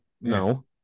no